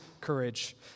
courage